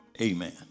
Amen